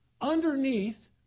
Underneath